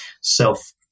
self